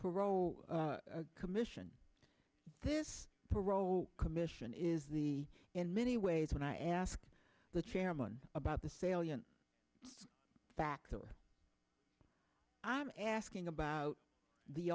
parole commission and this parole commission is the in many ways when i asked the chairman about the salient facts are i'm asking about the